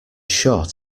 short